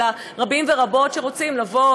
אלא רבים ורבות שרוצים לבוא,